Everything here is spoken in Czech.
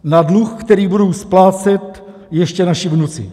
Na dluh, který budou splácet ještě naši vnuci.